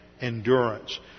endurance